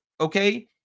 Okay